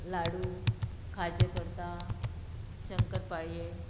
लाडू खाजें करता शंकर पाळये